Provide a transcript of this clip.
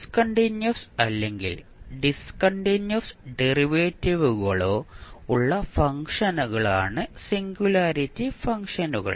discontinuous അല്ലെങ്കിൽ discontinuous ഡെറിവേറ്റീവുകളോ ഉള്ള ഫംഗ്ഷനുകളാണ് സിംഗുലാരിറ്റി ഫംഗ്ഷനുകൾ